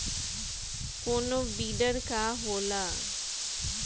कोनो बिडर का होला?